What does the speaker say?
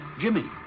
Jimmy